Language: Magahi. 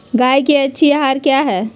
गाय के अच्छी आहार किया है?